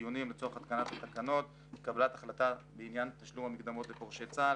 הדיונים לצורך התקנת התקנות וקבלת החלטה בעניין תשלום המקדמות לפורשי תה"ל,